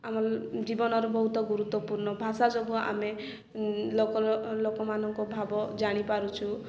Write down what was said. ଆମ ଜୀବନର ବହୁତ ଗୁରୁତ୍ୱପୂର୍ଣ୍ଣ ଭାଷା ସବୁ ଆମେ ଲୋକ ଲୋକମାନଙ୍କ ଭାବ ଜାଣିପାରୁଛୁ